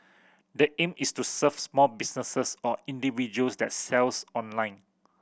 the aim is to serve small businesses or individuals that sells online